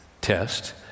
test